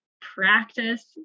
practice